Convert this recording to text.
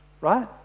right